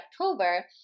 october